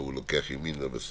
וההוא לוקח ימינה ושמאלה.